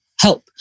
help